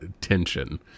tension